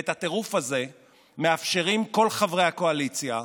ואת הטירוף הזה מאפשרים כל חברי הקואליציה,